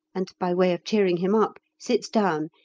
and, by way of cheering him up, sits down,